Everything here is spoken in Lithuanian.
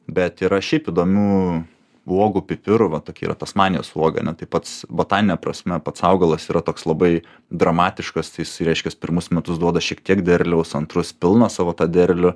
bet yra šiaip įdomių uogų pipirų va tokia yra tasmanijos uoga ar ne tai pats botanine prasme pats augalas yra toks labai dramatiškas tai jis reiškias pirmus metus duoda šiek tiek derliaus antrus pilną savo tą derlių